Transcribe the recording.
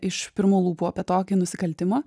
iš pirmų lūpų apie tokį nusikaltimą